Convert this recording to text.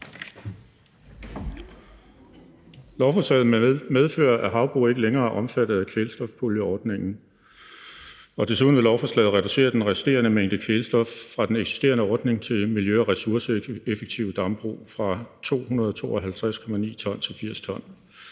Lovforslaget medfører, at havbrug ikke længere er omfattet kvælstofpuljeordningen, og desuden vil lovforslaget reducere den resterende mængde kvælstof fra den eksisterende ordning til miljø- og ressourceeffektive dambrug fra 252,9 t til 80 t.